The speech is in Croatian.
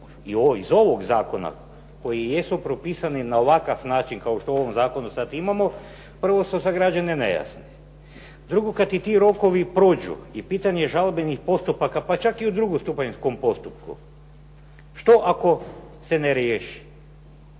i iz ovog zakona koji jesu propisani na ovakav način kao što u ovom zakonu sada imamo prvo su za građane nejasne. Drugo, kada i ti rokovi prođu i pitanje je žalbenih postupaka pa čak i u drugo stupanjskom postupku što ako se ne riješi.